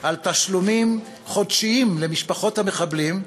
על תשלומים חודשיים למשפחות המחבלים,